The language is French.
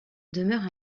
demeure